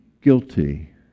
guilty